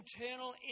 internal